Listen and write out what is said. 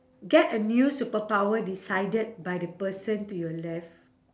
get a new superpower decided by the person to your left